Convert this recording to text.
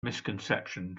misconception